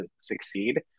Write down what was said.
succeed